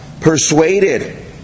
persuaded